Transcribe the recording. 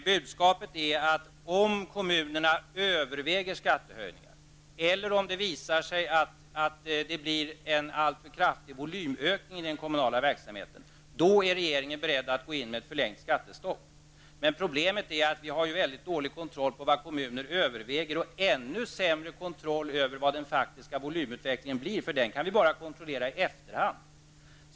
Budskapet är att om kommunerna överväger skattehöjningar eller om det visar sig att det blir en alltför kraftig volymökning i den kommunala verksamheten, då är regeringen beredd att gå in med en förlängning av skattestoppet. Problemet är att vi har en mycket dålig kontroll på vad kommuner överväger och en ännu sämre kontroll på vilken den faktiska volymutvecklingen blir. Detta kan man bara kontrollera i efterhand.